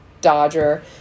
dodger